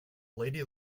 lady